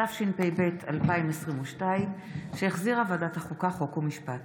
התשפ"ב 2022, שהחזירה ועדת החוקה, חוק ומשפט.